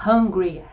Hungry